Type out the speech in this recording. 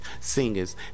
singers